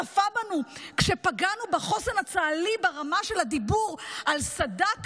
צפה בנו כשפגענו בחוסן הצה"לי ברמה של הדיבור על סד"כ,